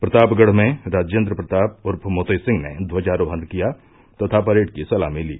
प्रतापगढ़ में राजेन्द्र प्रताप उर्फ मोर्तो सिंह ने ध्वजारोहण किया तथा परेड की सलामी ली